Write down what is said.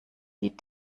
die